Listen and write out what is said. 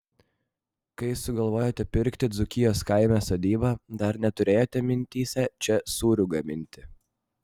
kai sugalvojote pirkti dzūkijos kaime sodybą dar neturėjote mintyse čia sūrių gaminti